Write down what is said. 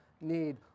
need